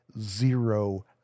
zero